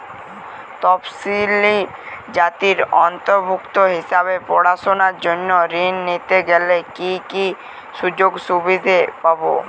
তফসিলি জাতির অন্তর্ভুক্ত হিসাবে পড়াশুনার জন্য ঋণ নিতে গেলে কী কী সুযোগ সুবিধে পাব?